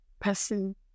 person